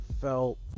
felt